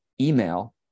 email